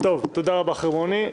תודה רבה חרמוני.